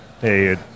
hey